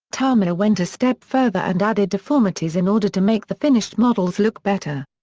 tamiya went a step further and added deformities in order to make the finished models look better.